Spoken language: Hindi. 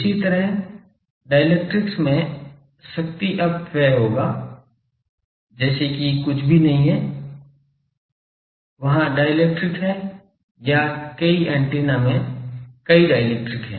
इसी तरह डाइलेक्ट्रीक्स में शक्ति अपव्यय होगा जैसे कि कुछ भी नहीं है वहाँ डाइलेक्ट्रिक है या कई एंटेना में कई डाइलेक्ट्रिक हैं